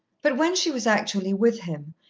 but when she was actually with him,